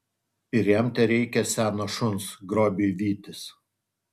ir jam tereikia seno šuns grobiui vytis